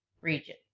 region